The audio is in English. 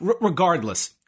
Regardless